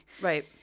Right